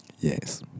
Yes